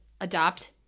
Adopt